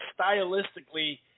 stylistically